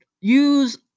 use